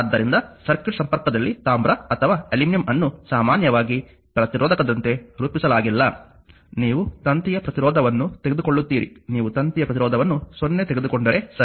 ಆದ್ದರಿಂದ ಸರ್ಕ್ಯೂಟ್ ಸಂಪರ್ಕದಲ್ಲಿ ತಾಮ್ರ ಅಥವಾ ಅಲ್ಯೂಮಿನಿಯಂ ಅನ್ನು ಸಾಮಾನ್ಯವಾಗಿ ಪ್ರತಿರೋಧಕದಂತೆ ರೂಪಿಸಲಾಗಿಲ್ಲ ನೀವು ತಂತಿಯ ಪ್ರತಿರೋಧವನ್ನು ತೆಗೆದುಕೊಳ್ಳುತ್ತೀರಿ ನೀವು ತಂತಿಯ ಪ್ರತಿರೋಧವನ್ನು 0 ತೆಗೆದುಕೊಂಡರೆ ಸರಿ